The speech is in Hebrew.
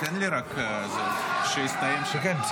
תן לי רק שיסתיים שם.